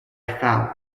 foul